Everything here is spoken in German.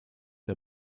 der